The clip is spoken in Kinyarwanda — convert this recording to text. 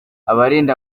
abarinda